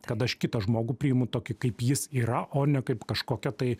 kad aš kitą žmogų priimu tokį kaip jis yra o ne kaip kažkokią tai